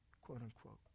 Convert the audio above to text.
quote-unquote